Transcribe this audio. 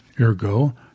Ergo